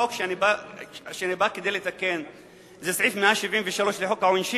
סעיף החוק שאני בא כדי לתקן הוא סעיף 173 לחוק העונשין,